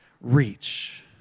reach